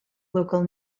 local